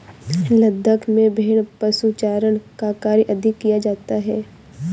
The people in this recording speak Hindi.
लद्दाख में भेड़ पशुचारण का कार्य अधिक किया जाता है